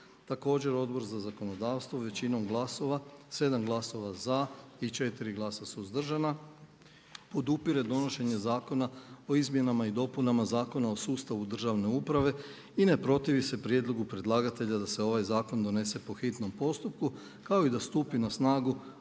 Također Odbor za zakonodavstvo većinom glasova, 7 glasova za i 4 glasa suzdržana podupire donošenje Zakona o izmjenama i dopunama Zakona o sustavu državne uprave i ne protivi se prijedlogu predlagatelja da se ovaj zakon donese po hitnom postupku kao i da stupi na snagu